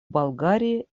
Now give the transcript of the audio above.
болгарии